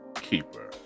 keeper